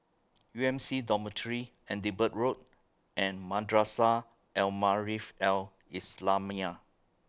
U M C Dormitory Edinburgh Road and Madrasah Al Maarif Al Islamiah